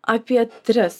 apie tris